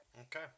Okay